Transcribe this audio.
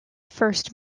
first